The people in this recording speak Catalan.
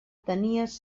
tenies